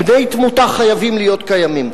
בני-תמותה חייבים להיות קיימים.